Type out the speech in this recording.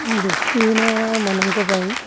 ଦୃଷ୍ଟିହୀନମାନଙ୍କ ପାଇଁ